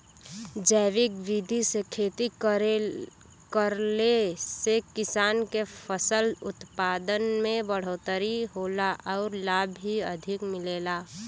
जैविक विधि से खेती करले से किसान के फसल उत्पादन में बढ़ोतरी होला आउर लाभ भी अधिक मिलेला